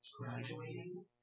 graduating